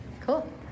Cool